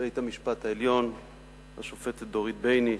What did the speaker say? בית-המשפט העליון השופטת דורית בייניש,